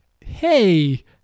hey